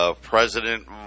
President